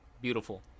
Beautiful